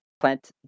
plant